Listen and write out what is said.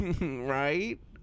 right